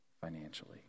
financially